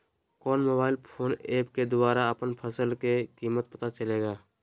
कौन mobile phone app के द्वारा अपन फसल के कीमत पता चलेगा?